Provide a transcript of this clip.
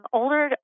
older